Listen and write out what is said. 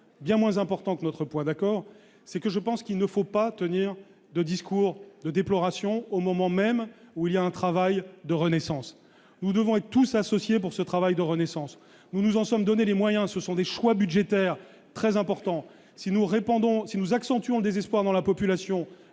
bien moins important que notre point d'accord, c'est que je pense qu'il ne faut pas tenir de discours de déploration au moment même où il y a un travail de renaissance, nous devons être tous associer pour ce travail de renaissance, nous nous en sommes donnés les moyens, ce sont des choix budgétaires très importants si nous répondons si nous accentuant désespoir dans la population